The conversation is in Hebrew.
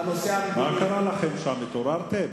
מה קרה לכם שם, התעוררתם?